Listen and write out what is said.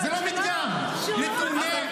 אין שום פגיעה בפרטיות.